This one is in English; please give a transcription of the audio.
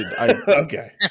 Okay